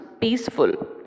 peaceful